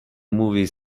movie